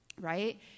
right